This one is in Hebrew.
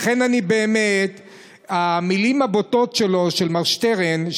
לכן המילים הבוטות של מר שטרן,